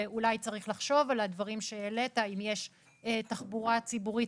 אולי צריך לחשוב על הדברים שהעלית אם יש תחבורה ציבורית